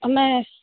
ନାହିଁ